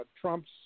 Trump's